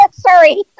Sorry